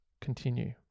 continue